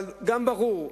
אבל גם ברור שהמשחק,